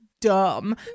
dumb